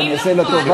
אז אני אעשה לה טובה,